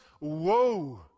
woe